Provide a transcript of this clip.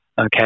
Okay